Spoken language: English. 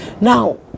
now